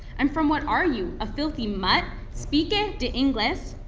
and from what are you? a filthy mutt? speaka de englais?